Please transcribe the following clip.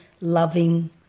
loving